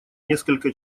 насколько